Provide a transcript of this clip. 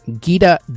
Gita